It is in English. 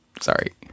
Sorry